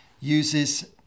uses